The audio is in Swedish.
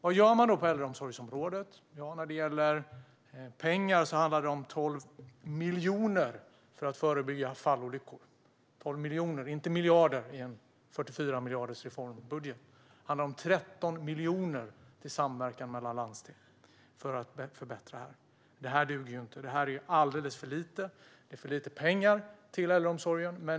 Vad gör man då på äldreomsorgsområdet? När det gäller pengar handlar det om 12 miljoner för att förebygga fallolyckor. Det är 12 miljoner, inte miljarder, i en reformbudget på 44 miljarder. Det handlar om 13 miljoner till samverkan mellan landsting för att förbättra den. Det duger inte. Det är alldeles för lite pengar till äldreomsorgen.